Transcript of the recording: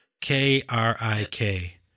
K-R-I-K